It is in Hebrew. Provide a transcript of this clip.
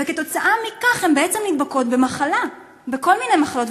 כתוצאה מכך הן בעצם נדבקות במחלה, בכל מיני מחלות.